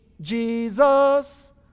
Jesus